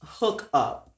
hookup